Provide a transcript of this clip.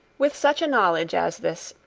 with such a knowledge as this,